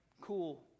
cool